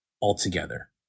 altogether